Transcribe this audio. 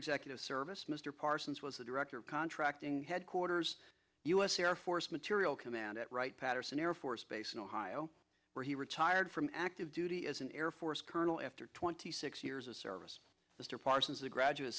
executive service mr parsons was the director of contracting headquarters u s air force material command at right patterson air force base in ohio where he retired from active duty as an air force colonel after twenty six years of service mr parsons a graduate